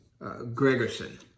Gregerson